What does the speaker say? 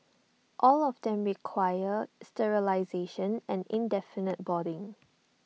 all of them require sterilisation and indefinite boarding